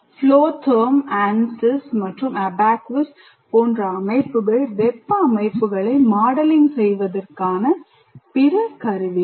Flo Therm ANSYS மற்றும் ABAQUS போன்ற பிற அமைப்புகள் வெப்ப அமைப்புகளை மாடலிங் செய்வதற்கான பிற கருவிகள்